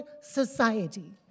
society